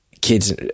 kids